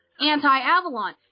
anti-Avalon